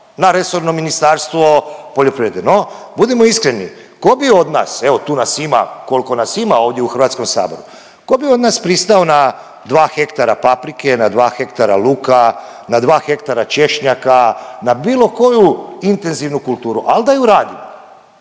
na resorno Ministarstvo poljoprivrede, no budimo iskreni ko bi od nas, evo tu nas ima kolko nas ima ovdje u HS-u, ko bi od nas pristao na dva hektara paprike, na dva hektara luka, na dva hektara češnjaka, na bilo koju intenzivnu kulturu, al da ju radi,